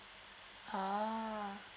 ah